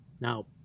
Now